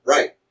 Right